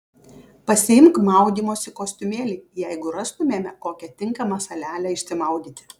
pasiimk maudymosi kostiumėlį jeigu rastumėme kokią tinkamą salelę išsimaudyti